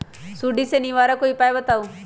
सुडी से निवारक कोई उपाय बताऊँ?